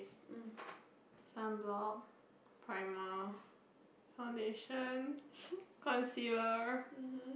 sunblock primer foundation concealer